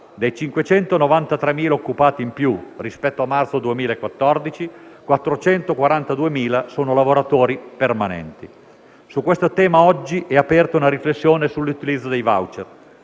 dei 593.000 occupati in più rispetto a marzo 2014, 442.000 sono lavoratori permanenti. Su questo tema oggi è aperta una riflessione sull'utilizzo dei *voucher*.